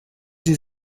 sie